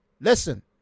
listen